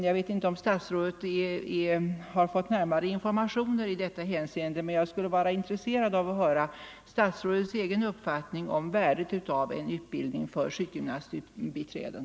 Jag vet inte om statsrådet har fått närmare informationer i detta hänseende, men jag skulle vara intresserad av att få höra statsrådets egen uppfattning om värdet av en utbildning för sjukgymnastbiträden.